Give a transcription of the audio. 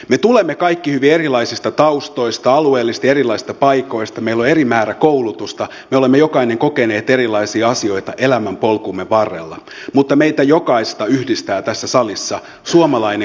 me tulemme kaikki hyvin erilaisista taustoista alueellisesti erilaisista paikoista meillä on eri määrä koulutusta me olemme jokainen kokeneet erilaisia asioita elämänpolkumme varrella mutta meitä jokaista yhdistää tässä salissa suomalainen koulutusjärjestelmä